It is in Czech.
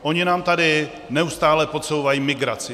Oni nám tady neustále podsouvají migraci.